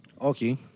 Okay